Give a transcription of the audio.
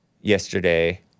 yesterday